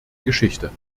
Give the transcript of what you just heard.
geschichte